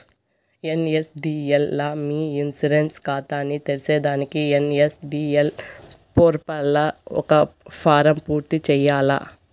NSDL లా మీ insurance కాతాని తెర్సేదానికి ఎన్.ఎస్.డి.ఎల్ పోర్పల్ల ఒక ఫారం పూర్తి చేయాల్ల